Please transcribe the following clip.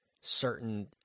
certain